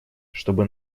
чтобы